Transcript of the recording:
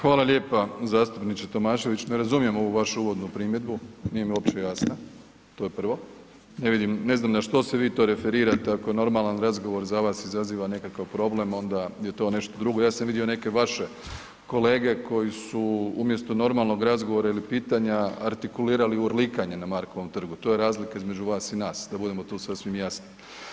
Hvala lijepa zastupniče Tomašević, ne razumijem ovu vašu uvodnu primjedbu, nije mi uopće jasna, to je prvo, ne vidim, ne znam na što se vi to referirate ako normalan razgovor za vas izaziva nekakav problem onda je to nešto drugo, ja sam vidio neke vaše kolege koji su umjesto normalnog razgovora ili pitanja artikulirali urlikanje na Markovom trgu, to je razlika između vas i nas, da budemo tu sasvim jasni.